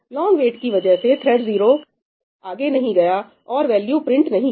लोंग wait की वजह से थ्रेड 0 आगे नहीं गया और वैल्यू प्रिंट नहीं की